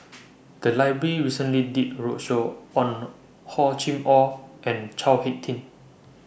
The Library recently did A roadshow on Hor Chim Or and Chao Hick Tin